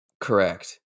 Correct